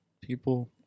people